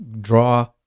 draw